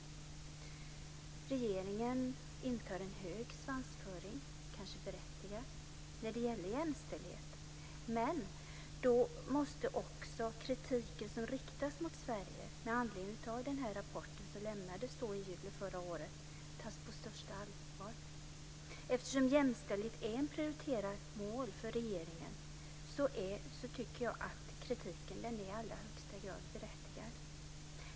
Regeringen intar en hög svansföring, kanske berättigat, när det gäller jämställdhet, men då måste också kritiken som riktas mot Sverige med anledning av den rapport som lämnades i juli förra året tas på största allvar. Eftersom jämställdhet är ett prioriterat mål för regeringen tycker jag att kritiken är i allra högsta grad berättigad.